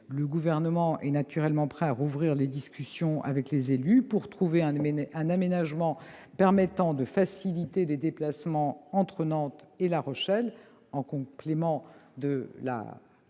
Le Gouvernement est naturellement prêt à rouvrir les discussions avec les élus pour trouver un aménagement permettant de faciliter les déplacements entre Nantes et La Rochelle, en complément de la